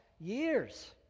years